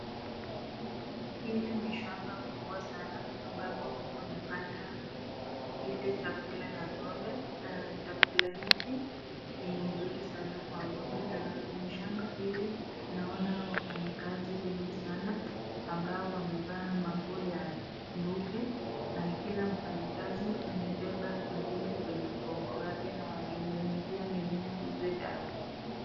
Lile ni shamba kubwa sana ambapo wamepanda ile chakula ya ng'ombe ,na chakula ni mzuri sana kwa ng'ombe. Kwenye shamba hili naona wafanyikazi wengi sana ambao wamevaa nguo ya nyeupe na mfanyikazi amebeba kibuyu kwa mgongo wake, wananyunyizia mimea hizi dawa.